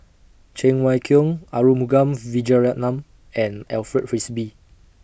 Cheng Wai Keung Arumugam Vijiaratnam and Alfred Frisby